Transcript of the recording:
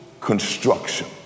construction